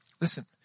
Listen